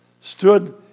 stood